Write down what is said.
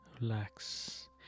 relax